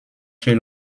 chez